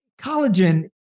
collagen